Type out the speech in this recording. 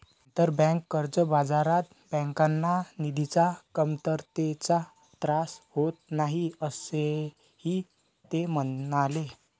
आंतरबँक कर्ज बाजारात बँकांना निधीच्या कमतरतेचा त्रास होत नाही, असेही ते म्हणाले